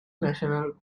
national